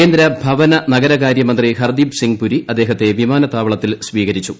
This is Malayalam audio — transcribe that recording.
കേന്ദ്ര ഭവന നഗരകാര്യ മന്ത്രി ഹർദ്ദീപ് സിംഗ് പൂരി അദ്ദേഹത്തെ വിമാനത്താവളത്തിൽ സ്വീകരിച്ചു